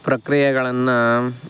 ಪ್ರಕ್ರಿಯೆಗಳನ್ನು